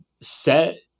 set